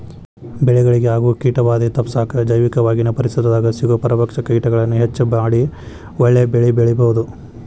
ಬೆಳೆಗಳಿಗೆ ಆಗೋ ಕೇಟಭಾದೆ ತಪ್ಪಸಾಕ ಜೈವಿಕವಾಗಿನ ಪರಿಸರದಾಗ ಸಿಗೋ ಪರಭಕ್ಷಕ ಕೇಟಗಳನ್ನ ಹೆಚ್ಚ ಮಾಡಿ ಒಳ್ಳೆ ಬೆಳೆಬೆಳಿಬೊದು